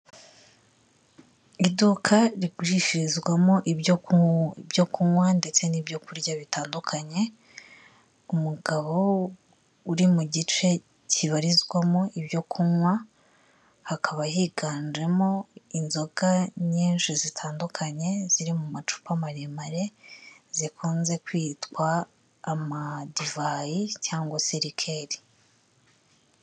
Iduka rigurishirizwamo ibyo kunywa ndetse n'ibyokurya bitandukanye umugabo uri mu gice kibarizwamo ibyo kunywa hakaba higanjemo inzoga nyinshi zitandukanye ziri mu macupa maremare zikunze kwitwa amadivayi cyangwa se rikeri